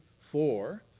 four